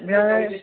यह